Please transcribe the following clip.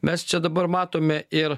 mes čia dabar matome ir